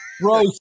bro